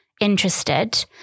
interested